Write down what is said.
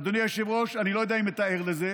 אדוני היושב-ראש, אני לא יודע אם אתה ער לזה,